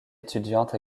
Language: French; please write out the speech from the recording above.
étudiante